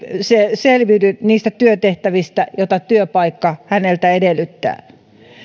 selviydy niistä työtehtävistä joita työpaikka häneltä edellyttää